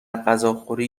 غذاخوری